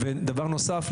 ודבר נוסף,